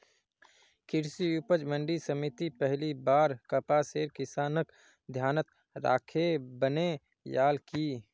कृषि उपज मंडी समिति पहली बार कपासेर किसानक ध्यानत राखे बनैयाल की